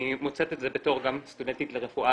אני מוצאת את זה בתור גם סטודנטית לרפואה